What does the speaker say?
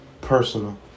personal